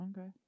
Okay